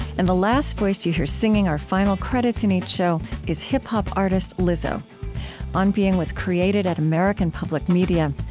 and the last voice you hear, singing our final credits in each show, is hip-hop artist lizzo on being was created at american public media.